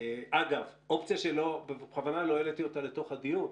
אגב, אופציה שבכוונה לא העליתי אותה לתוך הדיון.